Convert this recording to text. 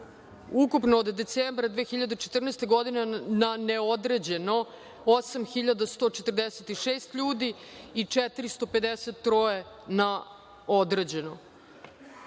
ukupno od decembra 2014. godine na neodređeno 8.146 ljudi i 453 na određeno. Pored